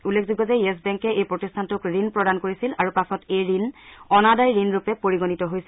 উল্লেখযোগ্য যে য়েছ বেংকে এই প্ৰতিষ্ঠানটোক ঋণ প্ৰদান কৰিছিল আৰু পাছত এই ঋণ অনাদায় ঋণৰূপে পৰিগণিত হৈছিল